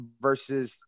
versus